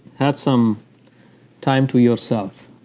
have some time to yourself.